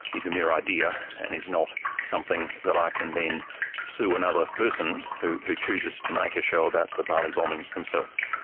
is a mere idea and is not something that i can then sue another person who who chooses to make a show about the bali bombings themselves.